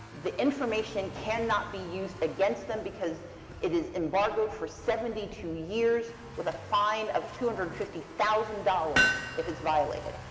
the information cannot be used against them, because it is embargoed for seventy two years with a fine of two hundred and fifty thousand dollars if it's violated.